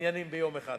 העניינים ביום אחד.